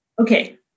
Okay